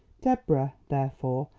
deborah, therefore,